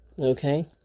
Okay